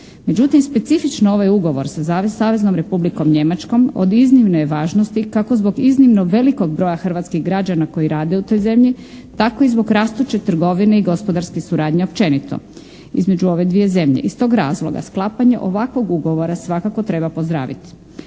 Međutim, specifično ovaj ugovor sa Saveznom Republikom Njemačkom od iznimne je važnosti kako zbog iznimno velikog broja hrvatskih građana koji rade u toj zemlji tako i zbog rastuće trgovine i gospodarske suradnje općenito između ove dvije zemlje. Iz tog razloga sklapanje ovakvog ugovora svakako treba pozdraviti.